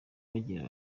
bagira